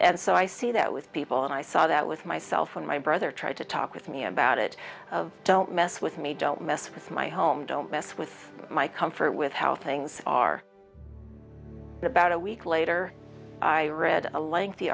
and so i see that with people and i saw that with myself and my brother tried to talk with me about it don't mess with me don't mess with my home don't mess with my comfort with how things are about a week later i read a lengthy